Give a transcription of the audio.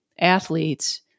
athletes